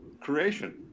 creation